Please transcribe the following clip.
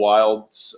Wilds